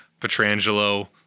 Petrangelo